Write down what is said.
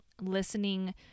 listening